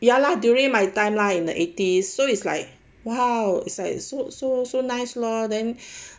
ya lor during my time lah in the eighties so it's like !wow! it's like so so nice lor the